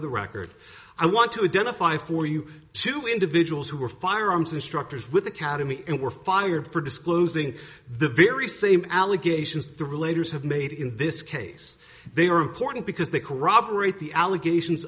of the record i want to identify for you two individuals who were firearms instructors with the cademy and were fired for disclosing the very same allegations the relator is have made in this case they are important because they corroborate the allegations